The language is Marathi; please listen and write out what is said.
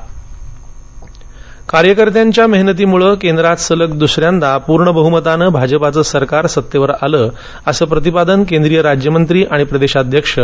भाजपा सदस्य नोंदणी कार्यकर्त्यांच्या मेहनतीमुळे केंद्रात सलग दुसऱ्यांदा पूर्ण बहुमतानं भाजपाचं सरकार सत्तेवर आलं असं प्रतिपादन केंद्रीय राज्यमंत्री आणि प्रदेशाध्यक्ष